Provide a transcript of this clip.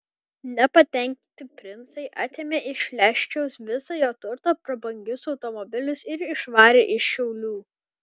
nepatenkinti princai atėmė iš leščiaus visą jo turtą prabangius automobilius ir išvarė iš šiaulių